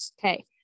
Okay